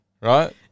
right